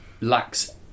lacks